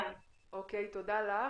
תודה לך.